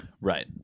Right